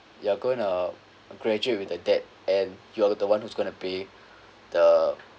you are going to graduate with a debt and you're the one who's gonna pay the